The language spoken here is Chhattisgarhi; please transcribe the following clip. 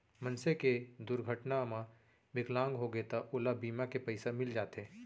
मनसे के दुरघटना म बिकलांग होगे त ओला बीमा के पइसा मिल जाथे